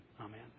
Amen